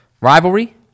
rivalry